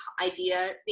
idea